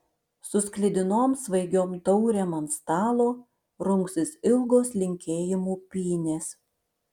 su sklidinom svaigiom taurėm ant stalo rungsis ilgos linkėjimų pynės